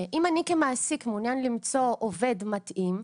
אם אני כמעסיק מעוניין למצוא עובד מתאים,